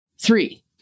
Three